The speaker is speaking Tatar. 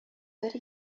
бер